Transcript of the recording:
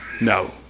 No